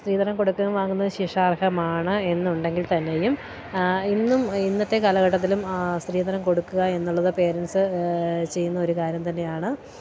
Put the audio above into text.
സ്ത്രീധനം കൊടുക്കുന്നതും വാങ്ങുന്നതും ശിക്ഷാർഹമാണെന്നുണ്ടെങ്കിൽത്തന്നെയും ഇന്നും ഇന്നത്തെ കാലഘട്ടത്തിലും സ്ത്രീധനം കൊടുക്കുകയെന്നുള്ളത് പേരെൻസ്സ് ചെയ്യുന്ന ഒരു കാര്യം തന്നെയാണ്